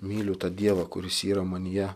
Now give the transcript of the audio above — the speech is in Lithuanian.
myliu tą dievą kuris yra manyje